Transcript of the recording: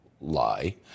lie